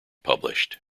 published